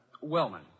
Wellman